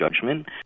judgment